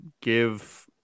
give